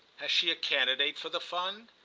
has she a candidate for the fund?